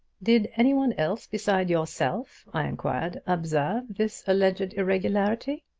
did any one else besides yourself, i inquired, observe this alleged irregularity?